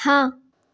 हाँ